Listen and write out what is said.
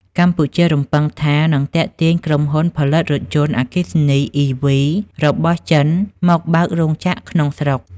កម្ពុជារំពឹងថានឹងទាក់ទាញក្រុមហ៊ុនផលិតរថយន្តអគ្គិសនី (EV) របស់ចិនមកបើករោងចក្រក្នុងស្រុក។